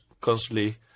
constantly